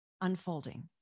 unfolding